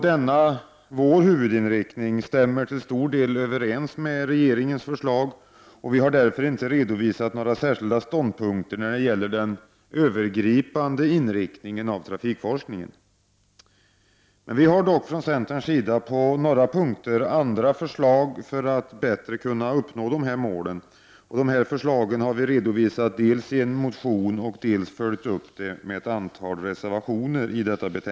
Denna vår huvudinriktning stämmer till stor del överens med regeringens förslag, och vi har därför inte redovisat några särskilda ståndpunkter när det gäller den övergripande inriktningen av trafikforskningen. Vi har dock från centerns sida på några punkter andra förslag för att bättre kunna uppnå målen. Dessa förslag har vi dels redovisat i en motion, dels följt upp med reservationer i betänkandet.